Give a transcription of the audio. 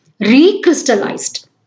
recrystallized